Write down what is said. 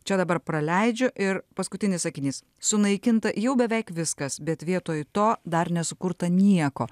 čia dabar praleidžiu ir paskutinis sakinys sunaikinta jau beveik viskas bet vietoj to dar nesukurta nieko